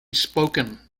spoken